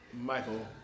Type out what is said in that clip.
Michael